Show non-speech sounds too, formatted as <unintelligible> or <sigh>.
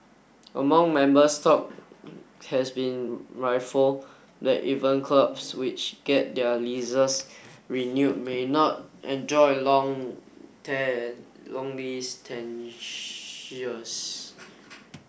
among members talk has been rifle that even clubs which get their leasers renewed may not enjoy long <unintelligible> long lease <unintelligible>